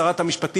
שרת המשפטים,